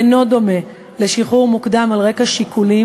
אינו דומה לשחרור מוקדם על רקע שיקולים